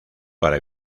para